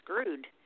screwed